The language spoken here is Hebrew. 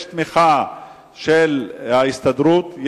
יש תמיכה של ההסתדרות,